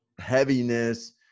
heaviness